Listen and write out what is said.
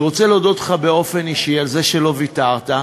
אני רוצה להודות לך באופן אישי על זה שלא ויתרת,